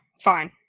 fine